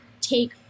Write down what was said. take